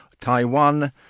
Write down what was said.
Taiwan